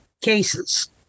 cases